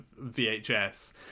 VHS